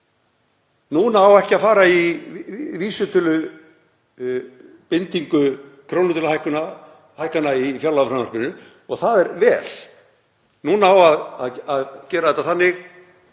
núna á ekki að fara í vísitölubindingu krónutöluhækkana í fjárlagafrumvarpinu og það er vel. Núna á að gera þetta þannig